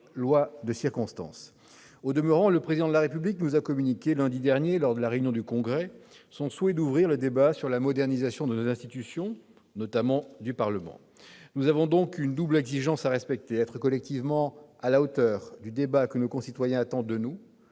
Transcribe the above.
loi de circonstance ! Au demeurant, le Président de la République nous a communiqué lundi dernier lors de la réunion du Congrès son souhait d'ouvrir le débat sur la modernisation de nos institutions, notamment du Parlement. Nous avons donc une double exigence à respecter : être collectivement à la hauteur du débat que nos concitoyens attendent de nous